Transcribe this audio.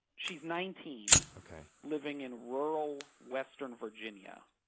she's nineteen. ok. living in rural western virginia,